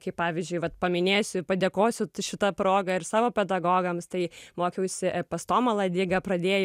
kaip pavyzdžiui vat paminėsiu padėkosiu šita proga ir savo pedagogams tai mokiausi e pas tomą ladygą pradėjau